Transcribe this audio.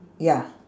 ya